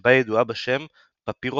שבה היא ידועה בשם "פפירופלקסיה",